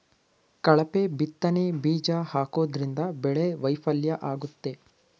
ಕಳಪೆ ಬಿತ್ತನೆ ಬೀಜ ಹಾಕೋದ್ರಿಂದ ಬೆಳೆ ವೈಫಲ್ಯ ಆಗುತ್ತೆ